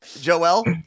Joel